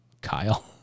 Kyle